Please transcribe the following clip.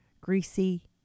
greasy